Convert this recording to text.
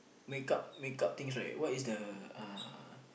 make up make up things right what is the uh